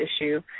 issue